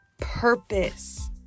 purpose